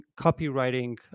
copywriting